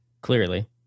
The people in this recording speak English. Clearly